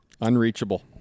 Unreachable